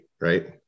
Right